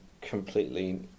completely